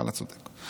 ואללה, צודק.